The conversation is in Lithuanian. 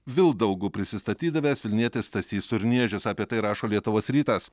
vildaugu prisistatydavęs vilnietis stasys urniežius apie tai rašo lietuvos rytas